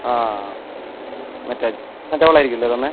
അതെ അതെ മറ്റേ പാരസിറ്റമോളായിരിക്കുംല്ലേ തന്നത്